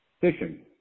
fishing